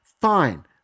Fine